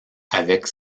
avec